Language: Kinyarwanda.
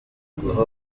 guha